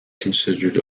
considered